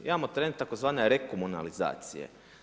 Imamo trend tzv. rekomunalizcije.